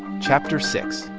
chapter six,